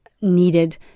needed